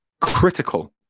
Critical